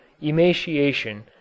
emaciation